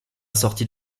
sortie